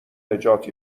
نجات